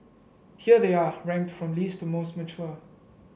here they are ranked from least to most mature